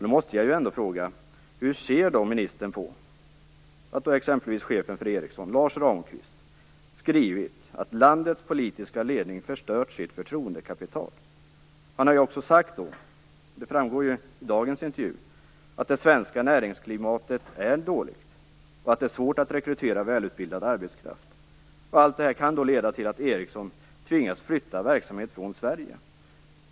Då måste jag fråga hur ministern ser på att t.ex. chefen för Ericsson, Lars Ramqvist, skrivit att landets politiska ledning förstört sitt förtroendekapital. Han har också sagt, det framgår av dagens intervju, att det svenska näringslivsklimatet är dåligt och att det är svårt att rekrytera välutbildad arbetskraft. Allt detta kan leda till att Ericsson tvingas flytta verksamhet från Sverige.